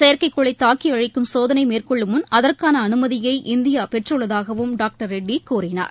செயற்கைக்கோளை தாக்கி அழிக்கும் சோதனை மேற்கொள்ளும் முன் அதற்கான அனுமதியை இந்தியா பெற்றுள்ளதாகவும் டாக்டர் ரெட்டி கூறினார்